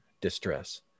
distress